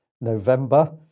November